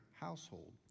household